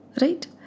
Right